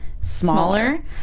smaller